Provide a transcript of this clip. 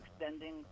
extending